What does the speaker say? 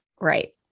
Right